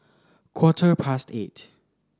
quarter past eight